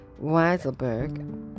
Weiselberg